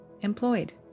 employed